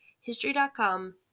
History.com